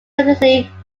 substantially